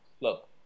look